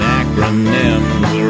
acronyms